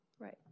Right